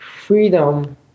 freedom